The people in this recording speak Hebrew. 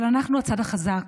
אבל אנחנו הצד החזק,